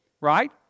right